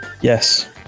Yes